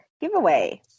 giveaway